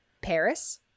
paris